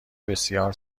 بسیار